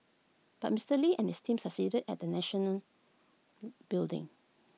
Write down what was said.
but Mister lee and his team succeeded at national building